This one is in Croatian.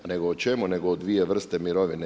Nego o čemu nego o dvije vrste mirovine?